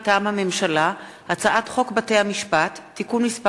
מטעם הממשלה: הצעת חוק בתי-המשפט (תיקון מס'